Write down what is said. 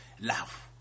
Love